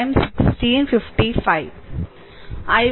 25 ampere I2 0